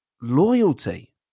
loyalty